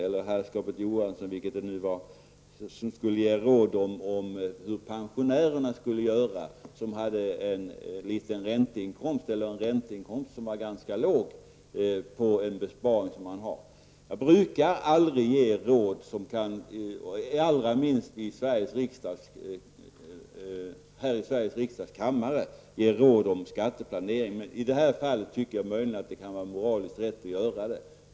Rolf Kenneryd ville också att jag skulle ge råd om hur pensionärer skall göra som har ganska låga ränteinkomster på sina besparingar. Jag brukar aldrig ge råd om skatteplanering -- allra minst här i Sveriges riksdags kammare -- men i det här fallet tycker jag att det möjligen kan vara moraliskt rätt att göra det.